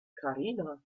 karina